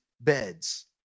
beds